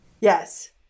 Yes